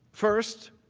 first,